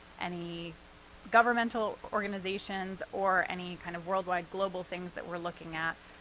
any governmental organizations, or any kind of worldwide, global things that we're looking at.